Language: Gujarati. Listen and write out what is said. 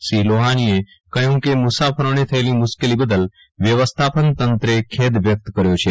શ્રી લોહાનીએ કહયું કે મુસાફરોને થયેલી મુશ્કેલી બદલ વ્યવસ્થાપન તંત્રે ખેદ વ્યકત કર્યો છે